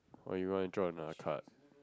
or you want to draw another card